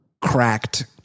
cracked